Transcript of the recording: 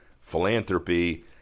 philanthropy